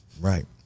Right